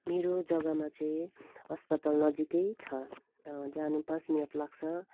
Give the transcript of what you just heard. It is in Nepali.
मेरो जगामा चाहिँ अस्पताल नजिकै छ जानु पाँच मिनट लाग्छ